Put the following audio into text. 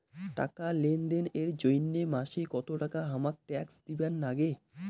টাকা লেনদেন এর জইন্যে মাসে কত টাকা হামাক ট্যাক্স দিবার নাগে?